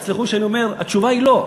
תסלחו לי שאני אומר, התשובה היא לא.